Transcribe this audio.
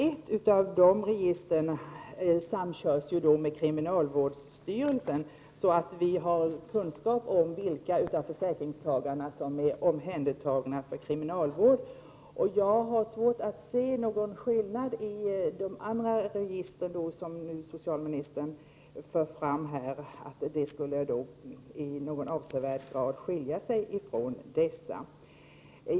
Ett av dessa register samkörs med kriminalvårdsstyrelsens register, för att man skall ha kunskap om vilka av försäkringstagarna som är omhändertagna för kriminalvård. Jag har svårt att se någon skillnad när det gäller de övriga registren. Socialministern framhöll att det skulle vara en avsevärd skillnad.